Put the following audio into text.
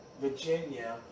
Virginia